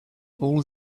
all